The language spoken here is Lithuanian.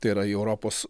tai yra į europos